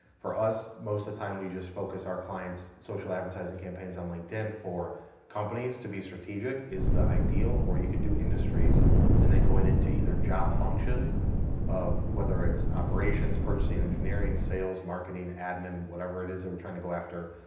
for us most of the time we just focus our clients social advertising campaigns on linkedin. for companies to be strategic, is the ideal, or you could do industries and then going into either job function of whether it's operations, purchasing, engineering, sales, marketing admin, whatever it is that we're trying to go after,